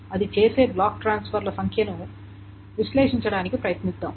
అది చేసే బ్లాక్ ట్రాన్స్ఫర్ల సంఖ్యను విశ్లేషించడానికి ప్రయత్నిద్దాం